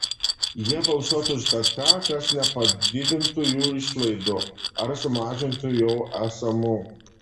jie balsuotų už bet ką kas nepadidintų jų išlaidų ar sumažintų jau esamų